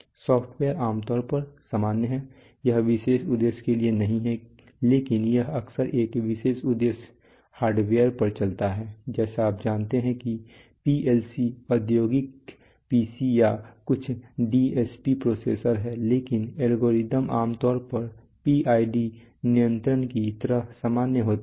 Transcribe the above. software आम तौर पर सामान्य है यह विशेष उद्देश्य के लिए नहीं है लेकिन यह अक्सर एक विशेष उद्देश्य हार्डवेयर पर चलता है जैसे आप जानते हैं कि पीएलसी औद्योगिक पीसी या कुछ डीएसपी प्रोसेसर है लेकिन एल्गोरिदम आम तौर पर पीआईडी नियंत्रण की तरह सामान्य होते हैं